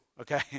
Okay